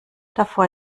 davor